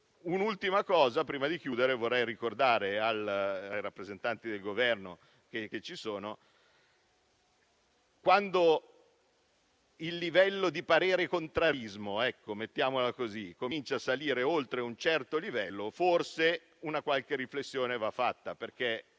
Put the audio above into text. Un'ultima cosa, prima di chiudere: vorrei ricordare ai rappresentanti del Governo presenti in Aula che quando il livello di "parere-contrarismo", per così dire, comincia a salire oltre un certo livello, forse una qualche riflessione va fatta.